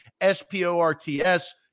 S-P-O-R-T-S